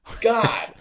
God